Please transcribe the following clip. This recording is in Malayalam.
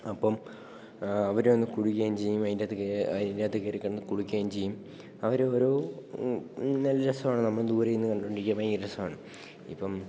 അപ്പോള് അവര് വന്ന് കുടിക്കുകയും ചെയ്യും അതിന്റെയകത്തു കയറിക്കിടന്ന് കുളിക്കുകയും ചെയ്യും അവര് ഓരോ നല്ല രസമാണ് നമ്മളഅ ദൂരെനിന്നു കണ്ടുകൊണ്ടിരിക്കാൻ ഭയങ്കര രസമാണ് ഇപ്പം